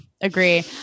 agree